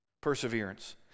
perseverance